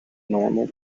normal